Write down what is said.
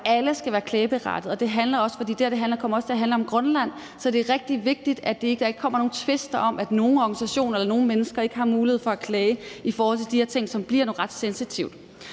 at alle skal være klageberettigede, og det her kommer også til at handle om Grønland. Så det er rigtig vigtigt, at der ikke kommer nogen tvister om, at nogle organisationer eller nogle mennesker ikke har mulighed for at klage i forhold til de her ting, som bliver noget ret sensitivt.